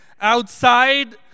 outside